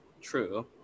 True